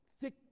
thick